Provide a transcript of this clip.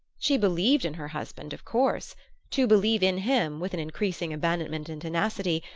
she believed in her husband, of course to believe in him, with an increasing abandonment and tenacity,